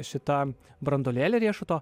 šitą branduolėlį riešuto